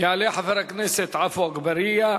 יעלה חבר הכנסת עפו אגבאריה,